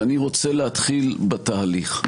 ואני רוצה להתחיל בתהליך.